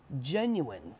Genuine